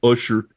Usher